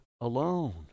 alone